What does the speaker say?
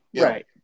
right